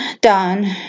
done